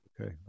Okay